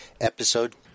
episode